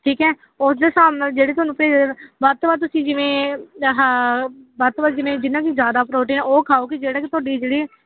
ਠੀਕ ਹੈ ਉਸ ਦੇ ਹਿਸਾਬ ਨਾਲ ਜਿਹੜੀ ਤੁਹਾਨੂੰ ਵੱਧ ਤੋਂ ਵੱਧ ਤੁਸੀਂ ਜਿਵੇਂ ਆਹਾ ਵੱਧ ਤੋਂ ਵੱਧ ਜਿਵੇਂ ਜਿੰਨਾ 'ਚ ਜ਼ਿਆਦਾ ਪ੍ਰੋਟੀਨ ਉਹ ਖਾਓ ਕਿ ਜਿਹੜਾ ਕਿ ਤੁਹਾਡੀ ਜਿਹੜੀ